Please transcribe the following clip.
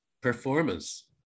performance